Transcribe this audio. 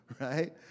right